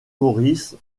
maurice